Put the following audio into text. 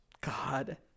God